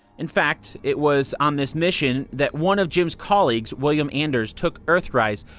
in fact, it was on this mission that one of jim's colleagues, william anders, took earthrise,